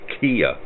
Kia